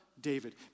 David